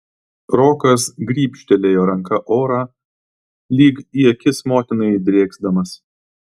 rokas grybštelėjo ranka orą lyg į akis motinai drėksdamas